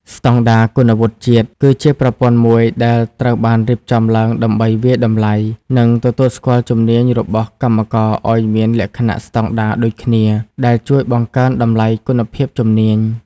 ស្តង់ដារគុណវុឌ្ឍិជាតិ គឺជាប្រព័ន្ធមួយដែលត្រូវបានរៀបចំឡើងដើម្បីវាយតម្លៃ និងទទួលស្គាល់ជំនាញរបស់កម្មករឱ្យមានលក្ខណៈស្តង់ដារដូចគ្នា ដែលជួយបង្កើនតម្លៃគុណភាពជំនាញ។